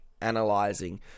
analyzing